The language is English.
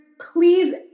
please